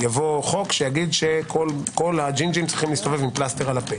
יבוא חוק שיגיד שכל הג'ינג'ים צריכים להסתובב עם פלסטר על הפה.